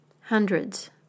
Hundreds